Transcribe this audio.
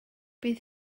bydd